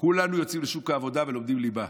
כולנו יוצאים לשוק העבודה ולומדים ליבה,